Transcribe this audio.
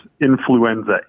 influenza